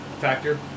Factor